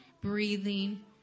breathing